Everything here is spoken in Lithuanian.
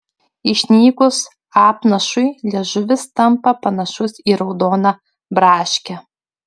išnykus apnašui liežuvis tampa panašus į raudoną braškę